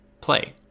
play